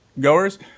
goers